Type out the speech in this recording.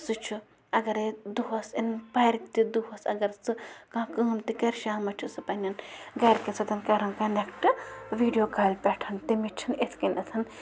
سُہ چھُ اَگرَے دۄہَس پَرتہِ دۄہَس اَگر سُہ کانٛہہ کٲم تہِ کَرٕ شامَس چھُ سُہ پنٛنٮ۪ن گَرکٮ۪ن سۭتۍ کَران کنٮ۪کٹ ویڈیو کالہِ پٮ۪ٹھ تٔمِس چھُنہٕ اِتھ کٔنٮ۪تھ